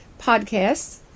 podcasts